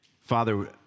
Father